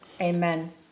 Amen